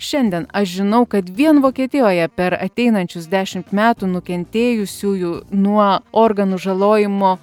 šiandien aš žinau kad vien vokietijoje per ateinančius dešimt metų nukentėjusiųjų nuo organų žalojimo